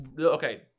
okay